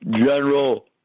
General